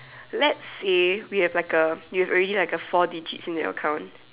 let's say we have a like a we have already like a four digit still need account